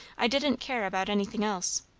i didn't care about anything else.